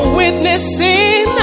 witnessing